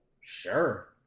Sure